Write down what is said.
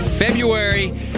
February